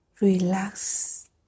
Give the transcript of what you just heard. Relax